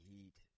Heat